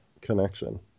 connection